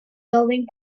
building